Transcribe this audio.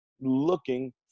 looking